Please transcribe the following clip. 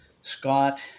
Scott